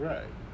Right